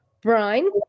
Brian